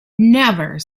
never